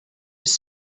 was